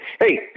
hey